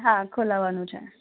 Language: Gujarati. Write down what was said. હા ખોલાવવાનું છે